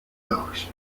hours